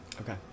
Okay